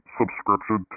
subscription